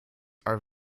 are